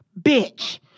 bitch